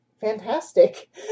fantastic